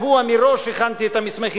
ושבוע מראש הכנתי את המסמכים.